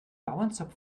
bauernzopf